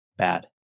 Bad